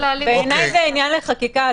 זה עניין של חקיקה.